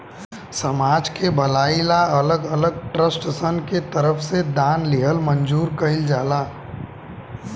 समाज के भलाई ला अलग अलग ट्रस्टसन के तरफ से दान लिहल मंजूर कइल जाला